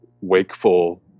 wakeful